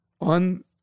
on